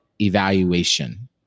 evaluation